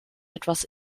etwas